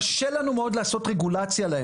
קשה לנו מאד לעשות להם רגולציה.